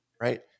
right